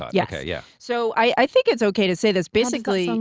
yeah okay, yeah. so i think it's okay to say this basically and